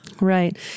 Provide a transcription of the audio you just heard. Right